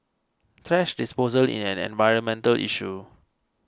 thrash disposal is an environmental issue